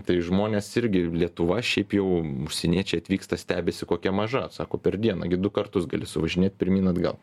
tai žmonės irgi lietuva šiaip jau užsieniečiai atvyksta stebisi kokia maža sako per dieną gi du kartus gali suvažinėt pirmyn atgal